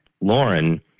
Lauren